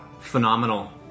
Phenomenal